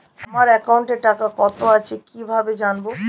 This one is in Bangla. আমার একাউন্টে টাকা কত আছে কি ভাবে জানবো?